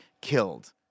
killed